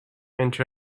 into